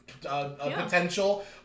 potential